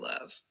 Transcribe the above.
love